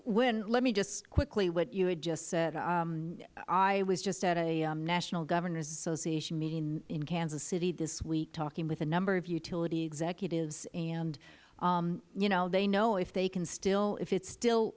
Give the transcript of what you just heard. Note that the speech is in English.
grueneich let me just quickly what you have just said i was just at a national governors association meeting in kansas city this week talking with a number of utility executives and you know they know if they can still if it is still